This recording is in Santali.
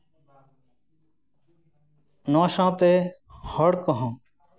ᱱᱚᱣᱟ ᱥᱟᱶᱛᱮ ᱦᱚᱲ ᱠᱚᱦᱚᱸ